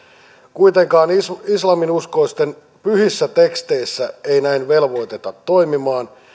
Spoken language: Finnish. kuitenkaan islaminuskoisten pyhissä teksteissä ei näin velvoiteta toimimaan